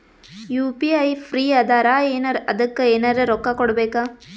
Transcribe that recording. UPI free ಅದಾರಾ ಏನ ಅದಕ್ಕ ಎನೆರ ರೊಕ್ಕ ಕೊಡಬೇಕ?